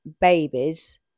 babies